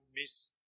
miss